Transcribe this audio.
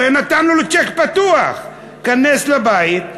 הרי נתנו לו צ'ק פתוח: 'כנס לבית.